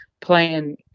playing